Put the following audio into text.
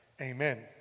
amen